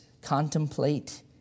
contemplate